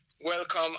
welcome